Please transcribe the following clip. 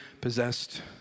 possessed